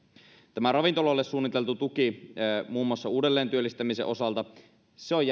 tämä ravintoloille suunniteltu tuki muun muassa uudelleentyöllistämisen osalta on